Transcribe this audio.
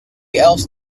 else